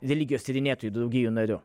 religijos tyrinėtojų draugijų nariu